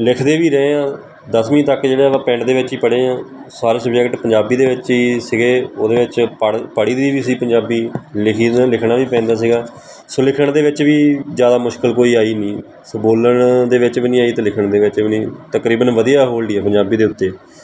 ਲਿਖਦੇ ਵੀ ਰਹੇ ਹਾਂ ਦਸਵੀਂ ਤੱਕ ਜਿਹੜਾ ਵਾ ਪਿੰਡ ਦੇ ਵਿੱਚ ਹੀ ਪੜ੍ਹੇ ਹਾਂ ਸਾਰੇ ਸਬਜੈਕਟ ਪੰਜਾਬੀ ਦੇ ਵਿੱਚ ਹੀ ਸੀਗੇ ਉਹਦੇ ਵਿੱਚ ਪੜ੍ਹ ਪੜ੍ਹੀ ਦੀ ਵੀ ਸੀ ਪੰਜਾਬੀ ਲਿਖੀ ਲਿਖਣਾ ਵੀ ਪੈਂਦਾ ਸੀਗਾ ਸੋ ਲਿਖਣ ਦੇ ਵਿੱਚ ਵੀ ਜ਼ਿਆਦਾ ਮੁਸ਼ਕਲ ਕੋਈ ਆਈ ਨਹੀਂ ਸੋ ਬੋਲਣ ਦੇ ਵਿੱਚ ਵੀ ਨਹੀਂ ਆਈ ਅਤੇ ਲਿਖਣ ਦੇ ਵਿੱਚ ਵੀ ਨਹੀਂ ਤਕਰੀਬਨ ਵਧੀਆ ਹੋਲਡ ਹੀ ਆ ਪੰਜਾਬੀ ਦੇ ਉੱਤੇ